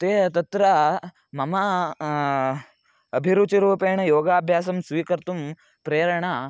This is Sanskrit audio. ते तत्र मम अभिरुचिरूपेण योगाभ्यासं स्वीकर्तुं प्रेरणा